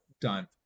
done